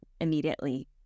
immediately